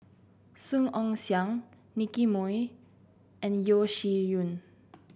Song Ong Siang Nicky Moey and Yeo Shih Yun